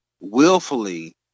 willfully